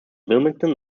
wilmington